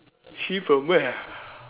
she from where